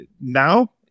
now